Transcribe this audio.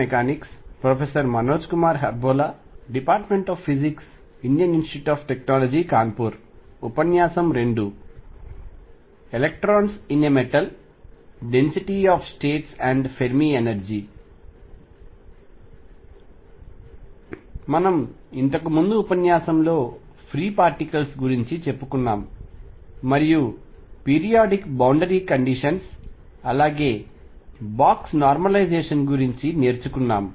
మనం ఇంతకు ముందు ఉపన్యాసం లో పార్టికల్స్ గురించి చెప్పుకున్నాం మరియు పీరియాడిక్ బౌండరీ కండిషన్స్ అలాగే బాక్స్ నార్మలైజేషన్ గురించి నేర్చుకున్నాం